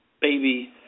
baby